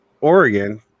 Oregon